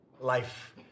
life